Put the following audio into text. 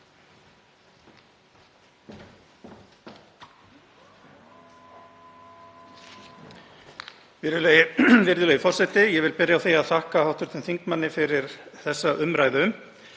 Virðulegi forseti. Ég vil byrja á því að þakka hv. þingmanni fyrir þessa umræðu.